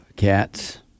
cats